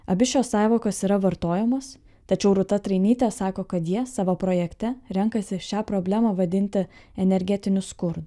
abi šios sąvokos yra vartojamos tačiau rūta trainytė sako kad jie savo projekte renkasi šią problemą vadinti energetiniu skurdu